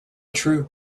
true